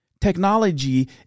Technology